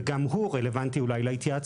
וגם הוא רלוונטי אולי להתייעצות.